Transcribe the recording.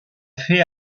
fait